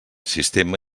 sistema